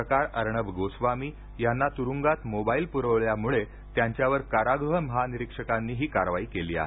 पत्रकार अर्णब गोस्वामी यांना तुरुंगात मोबाईल पुरवल्यामुळे त्यांच्यावर कारागृह महानिरीक्षकांनी ही कारवाई केली आहे